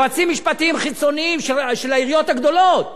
יועצים משפטיים חיצוניים של העיריות הגדולות